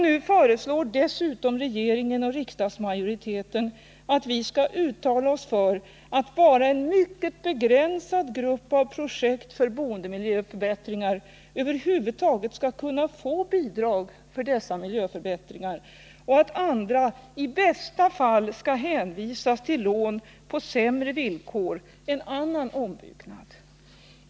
Nu föreslår dessutom regeringen och riksdagsmajoriteten att vi skall uttala oss för att bara en mycket begränsad grupp av projekt för boendemiljöförbättringar över huvud taget skall kunna få bidrag för dessa miljöförbättringar och att andra i bästa fall skall hänvisas till lån på sämre villkor än de som gäller för annan ombyggnad.